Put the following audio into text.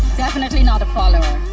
definitely not a follower.